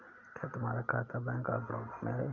क्या तुम्हारा खाता बैंक ऑफ बड़ौदा में है?